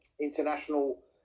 international